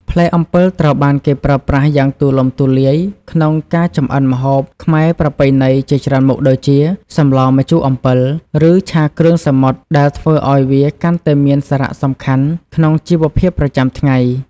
ផ្លែអំពិលត្រូវបានគេប្រើប្រាស់យ៉ាងទូលំទូលាយក្នុងការចម្អិនម្ហូបខ្មែរប្រពៃណីជាច្រើនមុខដូចជា សម្លរម្ជូរអំពិល ឬ ឆាគ្រឿងសមុទ្រ ដែលធ្វើឲ្យវាកាន់តែមានសារៈសំខាន់ក្នុងជីវភាពប្រចាំថ្ងៃ។